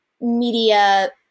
media